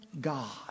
God